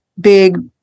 big